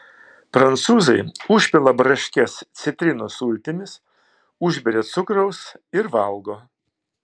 prancūzai užpila braškes citrinų sultimis užberia cukraus ir valgo